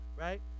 right